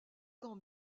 camp